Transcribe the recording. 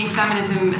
feminism